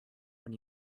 when